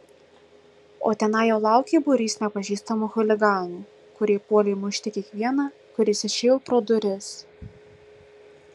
o tenai jau laukė būrys nepažįstamų chuliganų kurie puolė mušti kiekvieną kuris išėjo pro duris